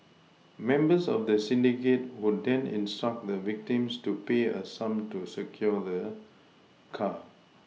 members of the syndicate would then instruct the victims to pay a sum to secure the car